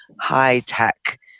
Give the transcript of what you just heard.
high-tech